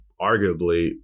arguably